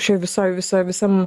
visoj visoj visa visam